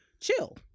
Chill